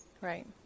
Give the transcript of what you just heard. Right